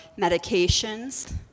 medications